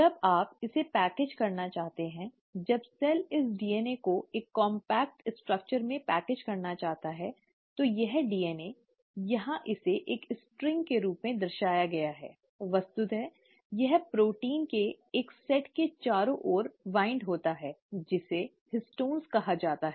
जब आप इसे पैकेज करना चाहते हैं जब सेल इस DNA को एक कॉम्पैक्ट संरचना में पैकेज करना चाहता है तो यह DNA यहां इसे एक स्ट्रिंग के रूप में दर्शाया गया है वस्तुत यह प्रोटीन के एक सेट के चारों ओर वाइन्ड होता है जिसे हिस्टोन'Histones' कहा जाता है